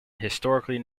historically